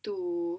to